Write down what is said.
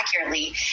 accurately